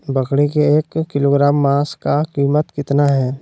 बकरी के एक किलोग्राम मांस का कीमत कितना है?